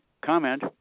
comment